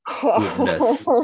goodness